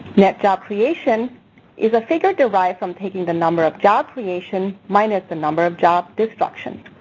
net job creation is a figure derived from taking the number of job creation minus the number of job destruction.